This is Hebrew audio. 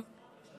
סמוטריץ',